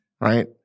Right